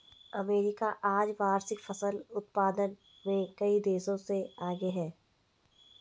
America आज वार्षिक फसल उत्पादन में कई देशों से आगे है